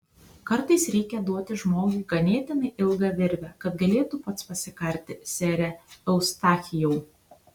kartais reikia duoti žmogui ganėtinai ilgą virvę kad galėtų pats pasikarti sere eustachijau